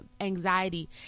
anxiety